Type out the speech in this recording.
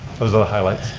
those are the highlights.